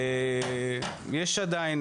יש עדיין,